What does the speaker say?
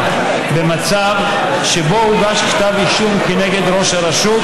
במצב שבו הוגש כתב אישום כנגד ראש הרשות,